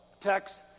text